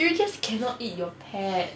you just cannot eat your pet